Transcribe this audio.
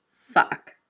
fuck